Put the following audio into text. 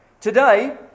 Today